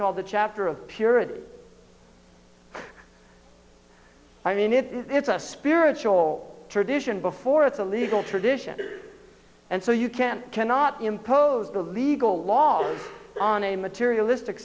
called the chapter of purity i mean if it's a spiritual tradition before it's a legal tradition and so you can cannot impose the legal laws on a materialistic